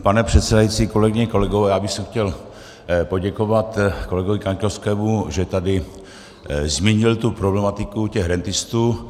Pane předsedající, kolegyně, kolegové, já bych chtěl poděkovat kolegovi Kaňkovskému, že tady zmínil problematiku těch rentistů.